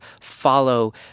follow